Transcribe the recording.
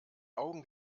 augen